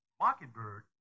Mockingbird